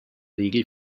regel